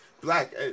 black